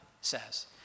says